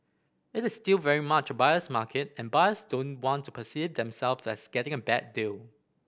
it is still very much a buyer's market and buyers don't want to perceive themself as getting a bad deal